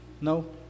No